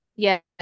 Yes